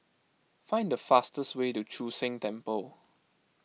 find the fastest way to Chu Sheng Temple